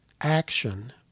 action